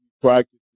practice